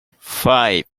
five